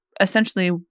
essentially